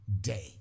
day